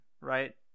right